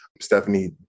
Stephanie